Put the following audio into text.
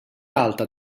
alta